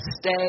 stay